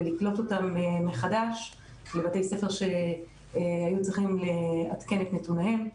ולקלוט אותם מחדש בבתי-ספר שהיו צריכים לעדכן את נתוניהם.